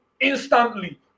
instantly